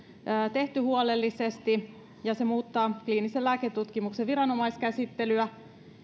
tehty huolellisesti ja se muuttaa kliinisen lääketutkimuksen viranomaiskäsittelyä